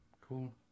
Cool